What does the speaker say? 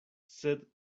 sed